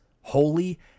holy